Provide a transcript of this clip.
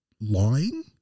lying